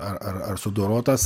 ar ar ar sudorotas